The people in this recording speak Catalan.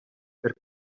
per